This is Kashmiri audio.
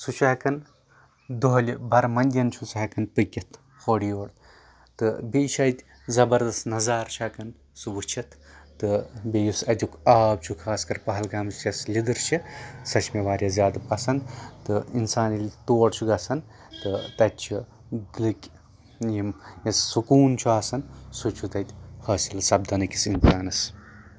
سُہ چھ ہٮ۪کان دۄہلہِ برمنٛدین چھُ سُہ ہٮ۪کان پٔکِتھ اورٕ یور تہٕ بیٚیہِ چھُ اَتہِ زَبردست نَظارٕ چھُ ہٮ۪کان سُہ وُچھتھ تہٕ بیٚیہِ یُس اَتیُک آب چھُ خاص کر پہلگامٕچ یۄس لیٚدٕر چھےٚ سۄ چھےٚ مےٚ واریاہ زیادٕ پسنٛد تہٕ اِنسان ییٚلہِ تور چھُ گژھان تہٕ تَتہِ چھُ یِم سکوٗن چھُ آسان سُہ چھُ تَتہِ حٲصِل سَپدان أکِس اِنسانَس